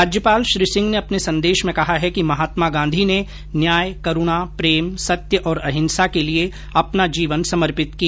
राज्यपाल श्री सिंह ने अपने संदेश में कहा है कि महात्मा गांधी ने न्याय करूणा प्रेम सत्य और अहिंसा के लिए अपना जीवन समर्पित किया